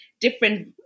different